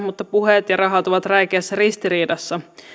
mutta puheet ja rahat ovat räikeässä ristiriidassa